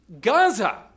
Gaza